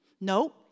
No